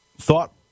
thought